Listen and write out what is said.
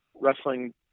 wrestling